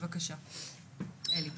בקשה, אלי.